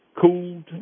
cooled